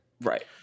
Right